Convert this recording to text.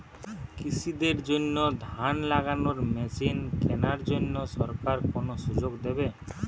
কৃষি দের জন্য ধান লাগানোর মেশিন কেনার জন্য সরকার কোন সুযোগ দেবে?